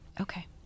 Okay